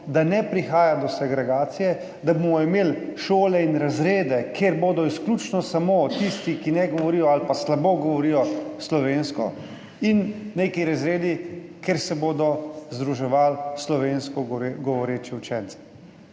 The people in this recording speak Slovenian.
da ne prihaja do segregacije, da bomo imeli šole in razrede, kjer bodo izključno samo tisti, ki ne govorijo ali pa slabo govorijo slovensko, in neki razredi, kjer se bo združevalo slovensko govoreče učence.